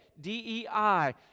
D-E-I